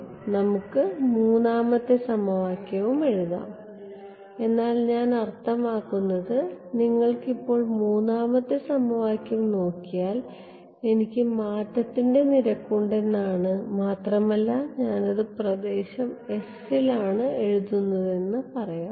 ഇപ്പോൾ നമുക്ക് മൂന്നാമത്തെ സമവാക്യവും എഴുതാം എന്നാൽ ഞാൻ അർത്ഥമാക്കുന്നത് നിങ്ങൾക്ക് ഇപ്പോൾ മൂന്നാമത്തെ സമവാക്യം നോക്കിയാൽ എനിക്ക് മാറ്റത്തിന്റെ നിരക്കുണ്ടെന്നാണ് മാത്രമല്ല ഞാൻ അത് പ്രദേശം s ലാണ് എഴുതുന്നതെന്ന് പറയാം